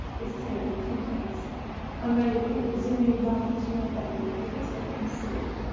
it's table of contents i'm going to click the zoom in button to make that a bit bigger so we can see it.